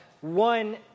one